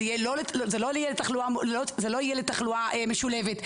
זה לא יהיה לתחלואה משולבת,